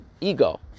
ego